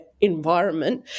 environment